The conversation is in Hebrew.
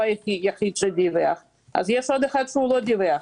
היחיד שדיווח אז יש עוד אחד שלא דיווח.